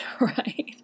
right